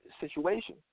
situation